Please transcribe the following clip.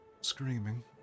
Screaming